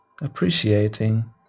appreciating